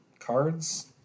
cards